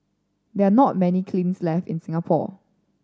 there are not many kilns left in Singapore